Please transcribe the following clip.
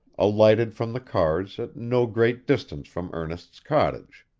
alighted from the cars at no great distance from ernest's cottage.